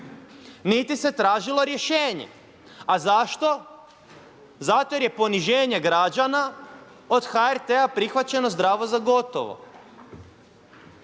niti se tražilo rješenje. A zašto? Zato jer je poniženje građana od HRT-a prihvaćeno zdravo za gotovo.